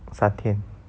三天